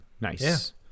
Nice